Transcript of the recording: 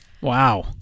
Wow